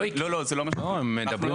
לא, זה לא מה שאנחנו אומרים.